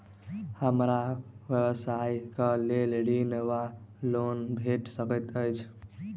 हमरा व्यवसाय कऽ लेल ऋण वा लोन भेट सकैत अछि?